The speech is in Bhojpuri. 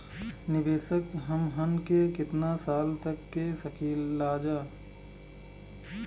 निवेश हमहन के कितना साल तक के सकीलाजा?